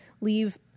leave